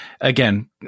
again